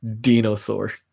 Dinosaur